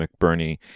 McBurney